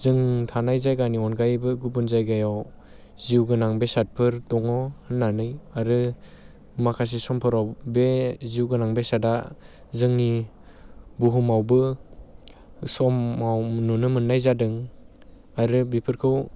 जों थानाय जायगानि अनगायैबो गुबुन जायगायाव जिउ गोनां बेसादफोर दङ होननानै आरो माखासे सुमफोराव बे जिउगोनां बेसादा जोंनि बुहुमावबो समाव नुनो मोननाय जादों आरो बेफोरखौ